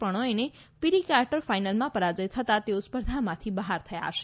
પ્રણોયને pre quarter ફાઈનલમાં પરાજય થતાં તેઓ સ્પર્ધામાંથી બહાર થયા છે